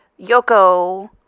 Yoko